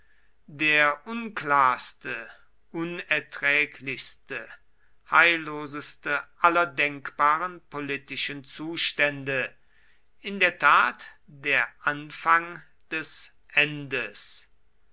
der unklarste unerträglichste heilloseste aller denkbaren politischen zustände in der tat der anfang des endes